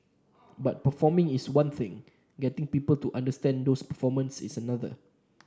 but performing is one thing getting people to understand those performances is another